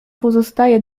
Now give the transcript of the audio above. pozostaje